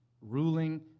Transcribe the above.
Ruling